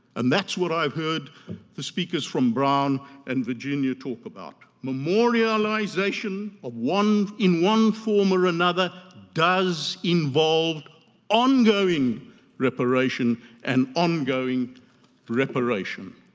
and that's what i've heard the speakers from brown and virginia talk about. memorialization ah in one form or another does involve ongoing reparation and ongoing reparation.